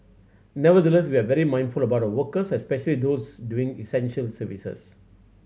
nevertheless we are very mindful about our workers especially those doing essential services